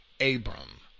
Abram